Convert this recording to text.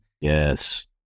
Yes